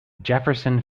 jefferson